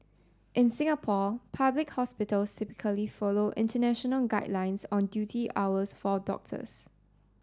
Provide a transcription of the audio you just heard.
in Singapore public hospitals typically follow international guidelines on duty hours for doctors